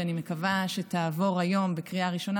שאני מקווה שתעבור היום בקריאה ראשונה,